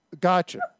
Gotcha